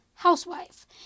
Housewife